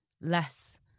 less